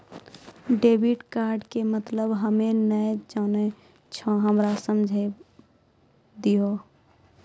Debit card के मतलब हम्मे नैय जानै छौ हमरा समझाय दियौ?